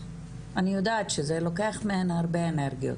יודעת שזה לוקח מהן הרבה אנרגיות,